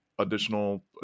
Additional